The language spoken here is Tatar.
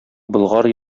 болгар